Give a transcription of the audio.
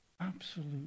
Absolute